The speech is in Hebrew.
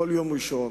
כל יום ראשון,